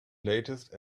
latest